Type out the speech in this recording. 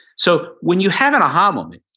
so when you have an aha moment,